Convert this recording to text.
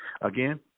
Again